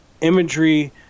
imagery